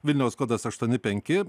vilniaus kodas aštuoni penki